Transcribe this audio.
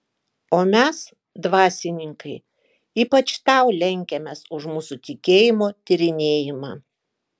o mes dvasininkai ypač tau lenkiamės už mūsų tikėjimo tyrinėjimą